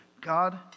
God